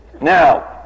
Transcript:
Now